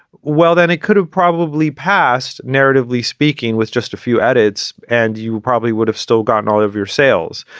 well, then it could have probably passed narratively speaking with just a few edits and you probably would have still gotten all of your sales.